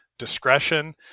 discretion